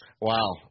Wow